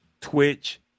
Twitch